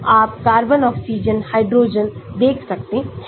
तो आप carbon oxygen hydrogen देख सकते हैं